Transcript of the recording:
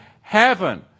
heaven